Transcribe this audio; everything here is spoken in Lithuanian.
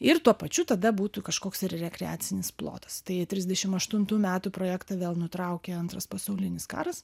ir tuo pačiu tada būtų kažkoks ir rekreacinis plotas tai trisdešimt aštuntų metų projektą vėl nutraukė antras pasaulinis karas